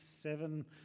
seven